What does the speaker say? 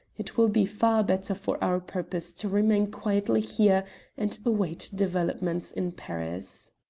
it will be far better for our purpose to remain quietly here and await developments in paris.